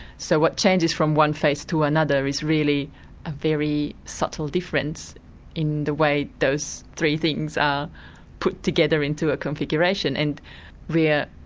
so what changes from one face to another is really a very subtle difference in the way those three things are put together into a configuration. and we, ah